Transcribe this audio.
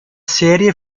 serie